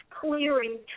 clearing